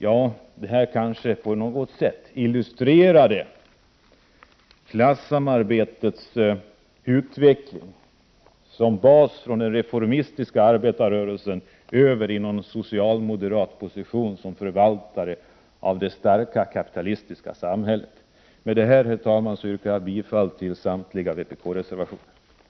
Ja, detta kanske på något sätt illustrerade klassamarbetets utveckling — från att ha varit basen i den reformistiska arbetarrörelsen över till en socialmoderat position som förvaltare av det starka kapitalets samhälle. Med detta, herr talman, yrkar jag bifall till samtliga vpk-reservationer.